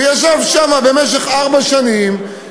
וישב שם במשך ארבע שנים,